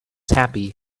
happy